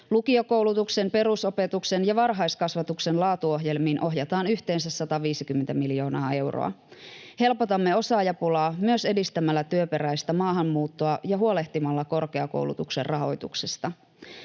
Lukiokoulutuksen, perusopetuksen ja varhaiskasvatuksen laatuohjelmiin ohjataan yhteensä 150 miljoonaa euroa. Helpotamme osaajapulaa myös edistämällä työperäistä maahanmuuttoa ja huolehtimalla korkeakoulutuksen rahoituksesta.